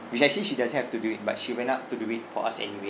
which actually she doesn't have to do it but she went out to do it for us anyway